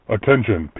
Attention